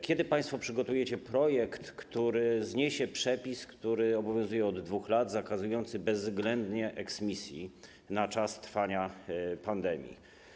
Kiedy państwo przygotujecie projekt, który zniesie przepis, który obowiązuje od 2 lat, zakazujący bezwzględnie eksmisji na czas trwania pandemii?